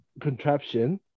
contraption